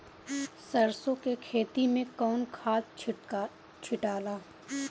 सरसो के खेती मे कौन खाद छिटाला?